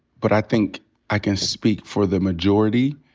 but i think i can speak for the majority.